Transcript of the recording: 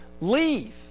leave